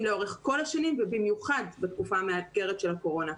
לאורך כל השנים ובמיוחד בתקופה המאתגרת של הקורונה.